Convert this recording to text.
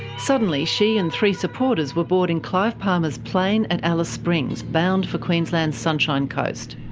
suddenly she and three supporters were boarding clive palmer's plane at alice springs, bound for queensland's sunshine coast.